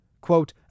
quote